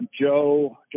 Joe